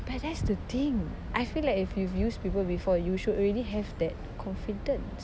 but that's the thing I feel like if you've used people before you should already have that confidence